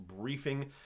briefing